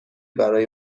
برای